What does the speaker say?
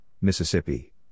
Mississippi